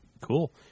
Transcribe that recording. Cool